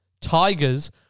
Tigers